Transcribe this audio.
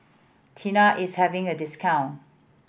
Tena is having a discount